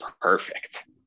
perfect